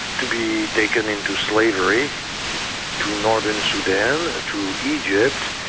to be taken into slavery to northern sudan, to egypt,